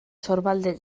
sorbalden